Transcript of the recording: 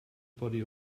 body